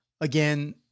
Again